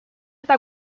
eta